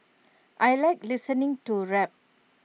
I Like listening to rap